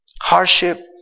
hardship